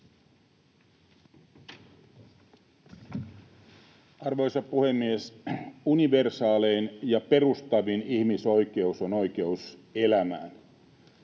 Arvoisa puhemies! Universaalein ja perustavin ihmisoikeus on oikeus elämään.